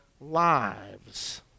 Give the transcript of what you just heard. lives